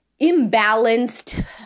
imbalanced